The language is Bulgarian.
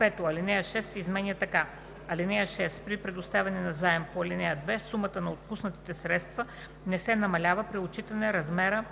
5. Алинея 6 се изменя така: „(6) При предоставяне на заем по ал. 2 сумата на отпуснатите средства не се намалява при отчитане на размера